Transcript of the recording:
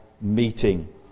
meeting